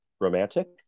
romantic